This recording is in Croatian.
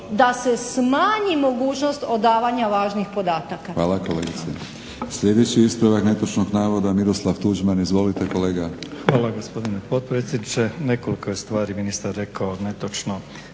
da se smanji mogućnost odavanja važnih podataka.